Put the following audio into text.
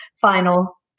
final